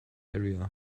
area